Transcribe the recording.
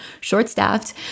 short-staffed